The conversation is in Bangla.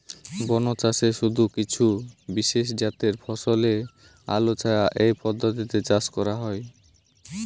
বনচাষে শুধু কিছু বিশেষজাতের ফসলই আলোছায়া এই পদ্ধতিতে চাষ করা হয়